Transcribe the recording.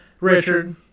Richard